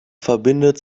verbindet